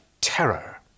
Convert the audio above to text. terror